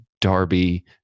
Darby